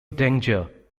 danger